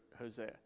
Hosea